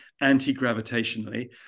anti-gravitationally